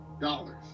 dollars